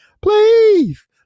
please